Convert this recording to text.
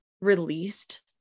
released